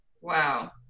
Wow